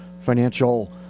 financial